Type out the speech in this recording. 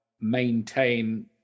maintain